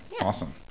Awesome